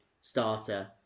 starter